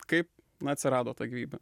kaip na atsirado ta gyvybė